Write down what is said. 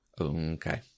Okay